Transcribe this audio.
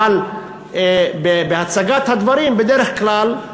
אבל בהצגת הדברים בדרך כלל,